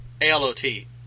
A-L-O-T